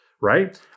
right